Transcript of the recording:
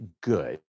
good